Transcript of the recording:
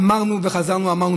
אמרנו וחזרנו ואמרנו,